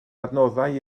adnoddau